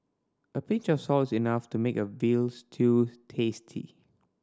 a pinch of salt is enough to make a veal stew tasty